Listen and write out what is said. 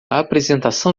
apresentação